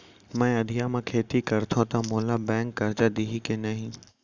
मैं अधिया म खेती करथंव त मोला बैंक करजा दिही के नही?